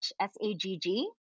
S-A-G-G